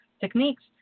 techniques